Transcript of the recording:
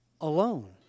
alone